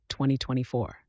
2024